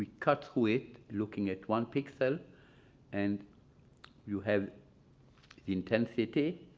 cut with looking at one pixel and you have the intensity.